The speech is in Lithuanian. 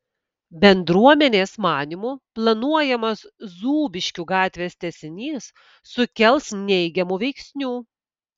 bendruomenės manymu planuojamas zūbiškių gatvės tęsinys sukels neigiamų veiksnių